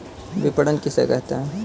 विपणन किसे कहते हैं?